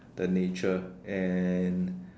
the nature and